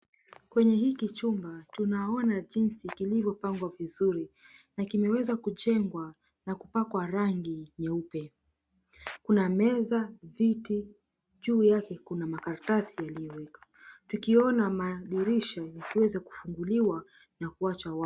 Kwenye hiki chumba tunaona jinsi kilivyopangwa vizuri na kimeweza kujengwa na kupakwa rangi nyeupe. Kuna meza, viti, juu yake kuna makaratasi yaliyowekwa, tukiona madirisha yaliyoweza kufunguliwa na kuachwa wazi.